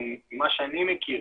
ממה שאני מכיר